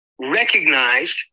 recognized